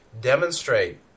demonstrate